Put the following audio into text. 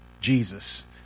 Jesus